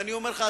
ואני אומר לך,